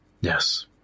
Yes